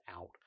out